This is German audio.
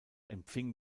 empfing